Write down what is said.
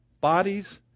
bodies